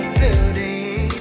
building